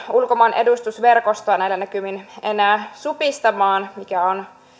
ulkomaan edustusverkostoa enää supistamaan mikä on